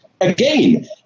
again